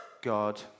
God